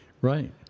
right